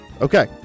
Okay